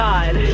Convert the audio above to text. God